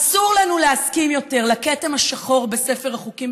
אסור לנו להסכים יותר לכתם השחור בספר החוקים